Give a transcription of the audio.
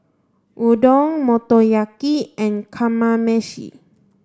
Udon Motoyaki and Kamameshi